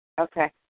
Okay